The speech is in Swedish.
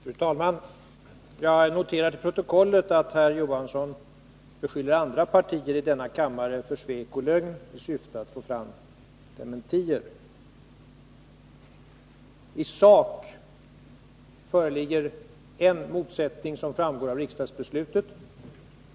Fru talman! Jag vill notera till protokollet att herr Johansson beskyller andra partier i denna kammare för svek och lögn i syfte att få fram dementier. I sak föreligger en motsättning som framgår av riksdagsbeslutet.